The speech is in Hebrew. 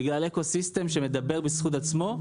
בגלל אקוסיסטם שמדבר בזכות עצמו,